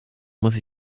muss